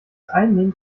einnehmen